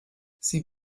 sie